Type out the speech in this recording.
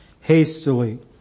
hastily